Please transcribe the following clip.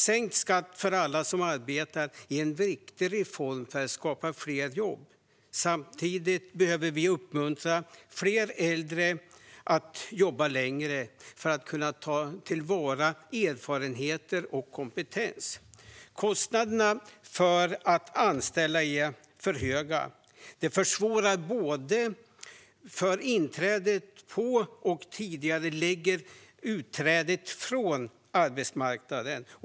Sänkt skatt för alla som arbetar är en viktig reform för att skapa fler jobb. Samtidigt behöver vi uppmuntra fler äldre att jobba längre för att kunna ta till vara erfarenheter och kompetens. Kostnaderna för att anställa är för höga. Det både försvårar inträdet på och tidigarelägger utträdet från arbetsmarknaden.